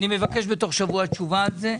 אני מבקש בתוך שבוע תשובה על זה.